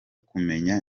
kumenya